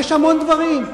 יש המון דברים.